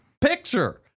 picture